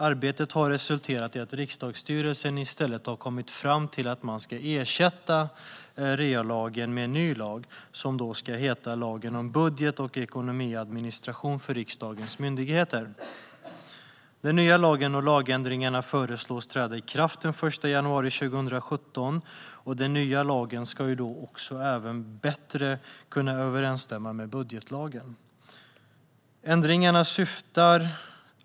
Arbetet har resulterat i att riksdagsstyrelsen i stället har kommit fram till att man ska ersätta REA-lagen med en ny lag, som ska heta lagen om budget och ekonomiadministration för riksdagens myndigheter. Den nya lagen och lagändringarna föreslås träda i kraft den 1 januari 2017. Den nya lagen ska även bättre överensstämma med budgetlagen.